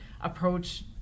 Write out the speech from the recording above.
approach